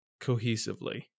cohesively